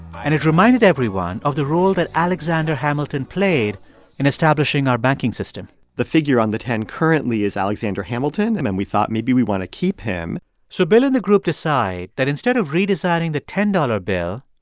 and it reminded everyone of the role that alexander hamilton played in establishing our banking system the figure on the ten currently is alexander hamilton. and then we thought maybe we want to keep him so bill and the group decide that instead of redesigning redesigning the ten dollars bill,